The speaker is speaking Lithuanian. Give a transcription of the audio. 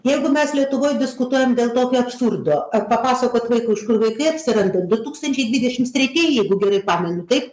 jeigu mes lietuvoj diskutuojam dėl tokio absurdo ar papasakot vaikui iš kur vaikai atsiranda du tūkstančiai dvidešims tretieji jeigu gerai pamenu taip